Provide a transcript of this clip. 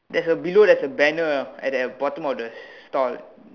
there's a below there's a banner at the bottom of the store